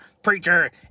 preacher